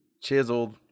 chiseled